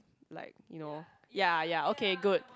like you know ya ya okay good